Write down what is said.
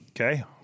Okay